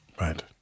Right